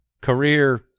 career